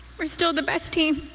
we're still the best team.